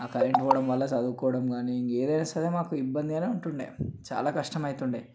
ఆ కరెంటు పోవడం వల్ల చదువుకోవడం కానీ ఇంకేదైనా సరే మాకు ఇబ్బందిగానే ఉంటుండేది చాలా కష్టం అవుతుండేది